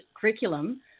curriculum